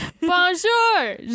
Bonjour